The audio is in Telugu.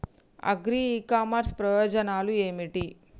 అగ్రి ఇ కామర్స్ ప్రయోజనాలు ఏమిటి?